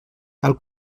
tal